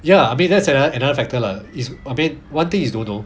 ya I mean that's another another factor lah is okay one thing you don't know